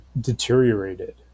deteriorated